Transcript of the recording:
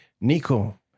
Nico